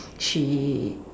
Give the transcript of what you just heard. she